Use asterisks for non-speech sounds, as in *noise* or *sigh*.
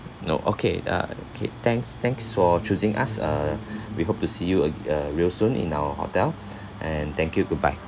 no okay uh okay thanks thanks for choosing us uh we hope to see you ag~ uh real soon in our hotel *breath* and thank you goodbye